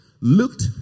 looked